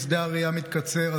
שדה הראייה מתקצר,